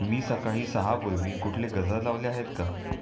मी सकाळी सहापूर्वी कुठले गजर लावले आहेत का